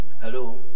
Hello